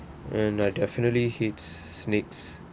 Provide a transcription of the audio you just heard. and I definitely hates snakes